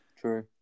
True